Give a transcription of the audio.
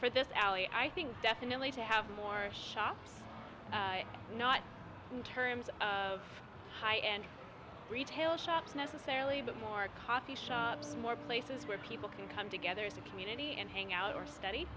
for this alley i think definitely to have more shops not in terms of high end retail shops necessarily but more coffee shop more places where people can come together as a community and hang out or study